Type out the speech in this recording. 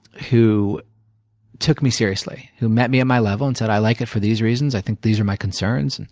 who took me seriously, who met me at my level and said, i like it for these reasons. i think these are my concerns. and